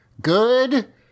good